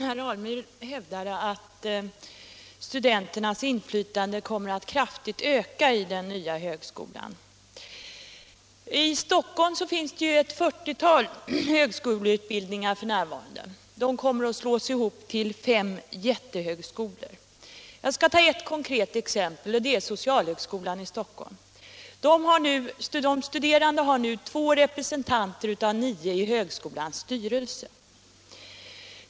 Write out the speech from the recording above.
Herr talman! Herr Alemyr hävdade att studenternas inflytande kommer att kraftigt öka i den nya högskolan. I Stockholm finns det f. n. ett 50-tal högskoleutbildningar. De kommer att slås ihop till 5 jättehögskolor. Jag skall ta ett konkret exempel, nämligen socialhögskolan i Stockholm. De studerande har nu 2 representanter av 9 i högskolans styrelse.